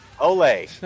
ole